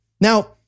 Now